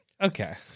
Okay